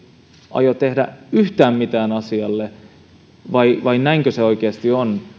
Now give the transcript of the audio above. aio tehdä yhtään mitään asialle näinkö se oikeasti on